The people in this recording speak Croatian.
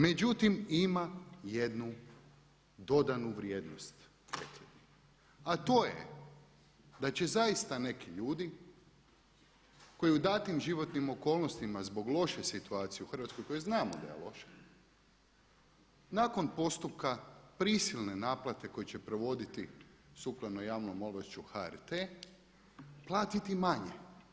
Međutim ima jednu dodanu vrijednost, a to je da će zaista neki ljudi koji u datim životnim okolnostima zbog loše u situacije u Hrvatskoj, koja znamo da je loše, nakon postupka prisilne naplate koju će provoditi sukladno javnom ovlašću HRT, platiti manje.